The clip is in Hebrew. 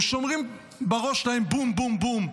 הם שומעים בראש שלהם בום-בום-בום.